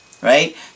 right